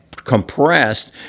compressed